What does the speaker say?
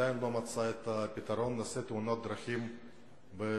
שעדיין לא מצא את פתרונו: נושא תאונות דרכים בישראל.